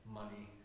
money